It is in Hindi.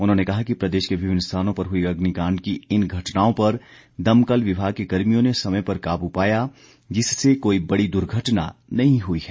उन्होंने कहा कि प्रदेश के विभिन्न स्थानों पर हुई अग्निकांड की इन घटनाओं पर दमकल विभाग के कर्मियों ने समय पर काबू पाया जिससे कोई बड़ी दुर्घटना नहीं हुई है